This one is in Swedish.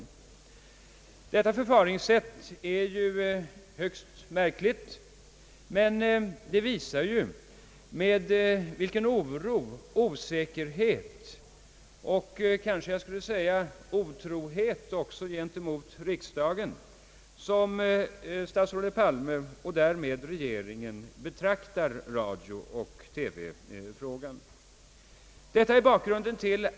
Detta förfaringssätt är högst märkligt. Det visar med vilken oro, osäkerhet — jag kanske även skulle säga otrohet mot riksdagen — som statsrådet Palme och därmed regeringen betraktar radiooch TV-frågan.